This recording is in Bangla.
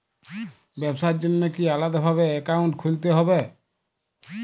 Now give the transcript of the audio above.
ব্যাবসার জন্য কি আলাদা ভাবে অ্যাকাউন্ট খুলতে হবে?